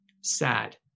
sad